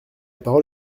parole